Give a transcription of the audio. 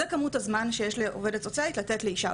זו כמות הזמן שיש לעובדת הסוציאלית לתת לאישה,